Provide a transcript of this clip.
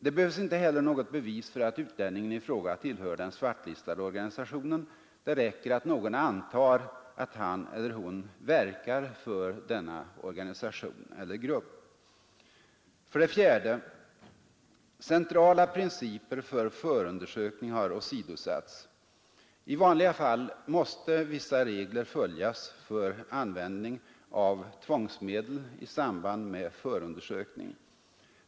Det behövs inte heller något bevis för att utlänningen i fråga tillhör den svartlistade organisationen; det räcker med att någon antar att han eller hon ”verkar för” denna organisation eller grupp. 4. Centrala principer för förundersökning har åsidosatts. I vanliga fall måste vissa regler följas för användning av tvångsmedel i samband med förundersökning.